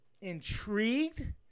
Intrigued